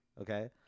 Okay